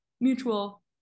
mutual